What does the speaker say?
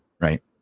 Right